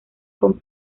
con